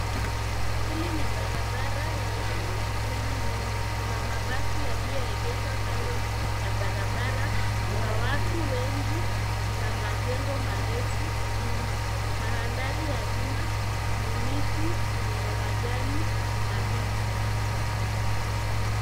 Hili ni barabara yenye shughuli nyingi. Kuna mabasi yaliyoegeshwa kando ya barabara. Kuna watu wengi na majengo marefu nyuma. Mandhari ya nyuma ni miti yenye majani mabichi.